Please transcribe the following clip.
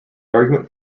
argument